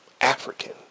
African